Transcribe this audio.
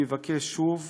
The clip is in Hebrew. אני מבקש שוב